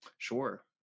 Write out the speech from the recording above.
Sure